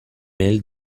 male